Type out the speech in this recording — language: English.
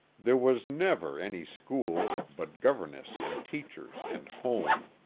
there was never any school, but governess and teachers and home.